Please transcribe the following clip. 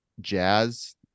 jazz